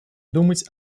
думать